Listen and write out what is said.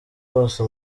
bose